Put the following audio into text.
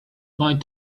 going